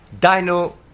Dino